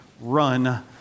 run